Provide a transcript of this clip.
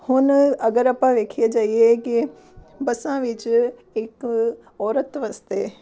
ਹੁਣ ਅਗਰ ਆਪਾਂ ਵੇਖੀਏ ਜਾਈਏ ਕਿ ਬੱਸਾਂ ਵਿੱਚ ਇੱਕ ਔਰਤ ਵਾਸਤੇ